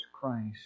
Christ